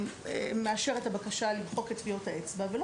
מאשר את הבקשה למחוק את טביעות האצבע ולא